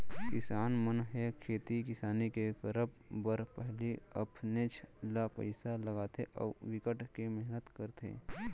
किसान मन ह खेती किसानी के करब बर पहिली अपनेच ले पइसा लगाथे अउ बिकट के मेहनत करथे